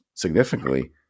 significantly